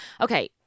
okay